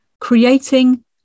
creating